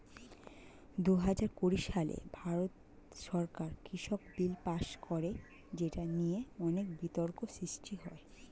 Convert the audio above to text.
দুহাজার কুড়ি সালে ভারত সরকার কৃষক বিল পাস করে যেটা নিয়ে অনেক বিতর্ক সৃষ্টি হয়